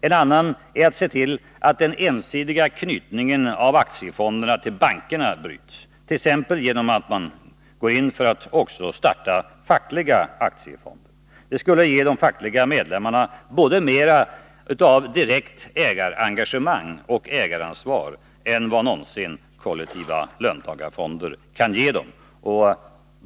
En annan är att se till att den ensidiga knytningen av aktiefonderna till bankerna bryts, t.ex. genom att man går in för att också starta fackliga aktiefonder. Det skulle ge de fackliga medlemmarna både mera av direkt ägarengagemang och ägaransvar än vad kollektiva löntagarfonder någonsin kan ge dem.